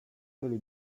byli